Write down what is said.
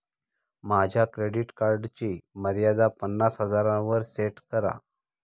माझ्या क्रेडिट कार्डची मर्यादा पन्नास हजारांवर सेट करा